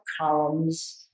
columns